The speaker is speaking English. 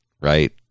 Right